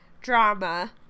drama